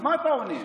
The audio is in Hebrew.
אז מה אתה עונה?